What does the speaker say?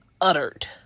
uttered